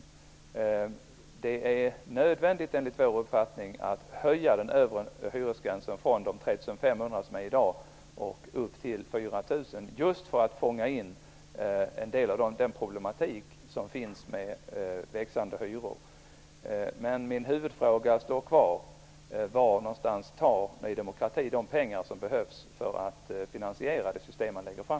Enligt vår uppfattning är det nödvändigt att höja den övre hyresgränsen från 3 500 kr som gäller i dag till 4 000 kr, just för att lösa problemen med stigande hyror. Min huvudfråga står kvar: Var någonstans tar Ny demokrati de pengar som behövs för att finansiera det system som man presenterar?